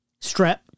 strep